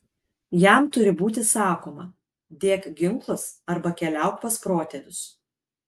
jam turi būti sakoma dėk ginklus arba keliauk pas protėvius